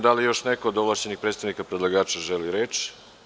Pitam da li još neko od ovlašćenih predstavnika predlagača želi reč?